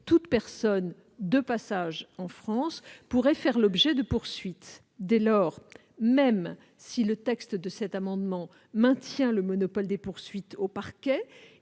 toute personne de passage en France pourrait faire l'objet de poursuites. Dès lors, même si le dispositif de l'amendement tend à maintenir le monopole des poursuites du parquet,